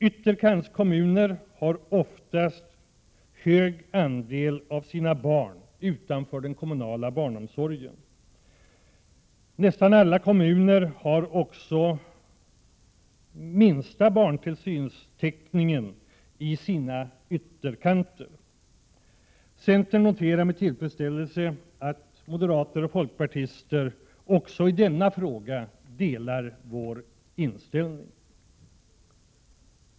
Ytterkantskommuner har ofta en hög andel barn utanför kommunal barnomsorg. Nästan alla av dessa kommuner har också i stort sett de lägst kommunala barntillsynstäckningarna i sina ytterområden. Vi i centern noterar med tillfredsställelse att moderater och folkpartister också i denna fråga delar vår inställning.